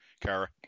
Kara